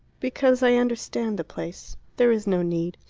because i understand the place. there is no need.